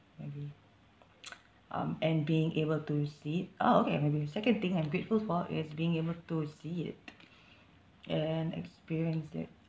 maybe um and being able to see it ah okay maybe the second thing I'm grateful for is being able to see it and experience it